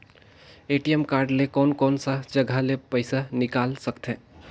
ATM card ले कोन कोन सा जगह ले पइसा निकाल सकथे?